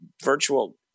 virtual